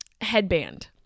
headband